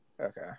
Okay